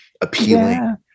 appealing